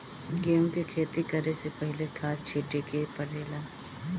गेहू के खेती करे से पहिले खाद छिटे के परेला का?